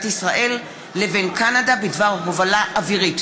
ישראל לבין ממשלת קנדה בדבר הובלה אווירית.